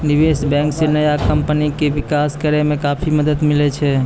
निबेश बेंक से नया कमपनी के बिकास करेय मे काफी मदद मिले छै